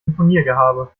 imponiergehabe